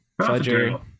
Fudger